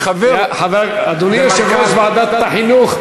אדוני יושב-ראש ועדת החינוך,